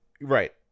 Right